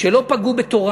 כשלא פגעו בתורה